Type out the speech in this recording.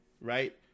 right